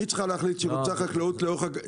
היא צריכה להחליט שהיא רוצה חקלאות שהגדר